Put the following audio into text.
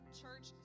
church